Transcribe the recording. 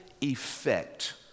effect